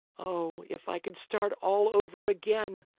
oh, if i could start all over again!